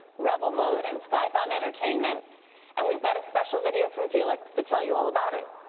rebel mode and spybound entertainment and we've got a special video from felix to tell you all about it.